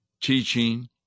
teaching